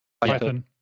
Python